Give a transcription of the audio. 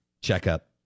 checkup